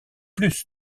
plus